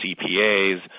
CPAs